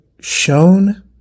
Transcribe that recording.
shown